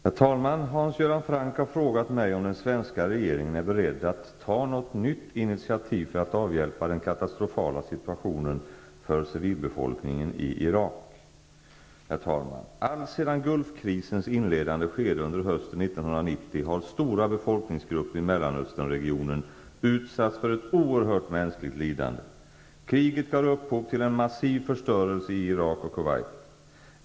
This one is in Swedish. Herr talman! Hans Göran Franck har frågat mig om den svenska regeringen är beredd att ta något nytt initiativ för att avhjälpa den katastrofala situationen för civilbefolkningen i Irak. Herr talman! Alltsedan Gulfkrisens inledande skede under hösten 1990 har stora befolkningsgrupper i Mellanösternregionen utsatts för ett oerhört mänskligt lidande. Kriget gav upphov till en massiv förstörelse i Irak och Kuwait.